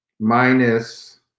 minus